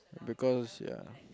because ya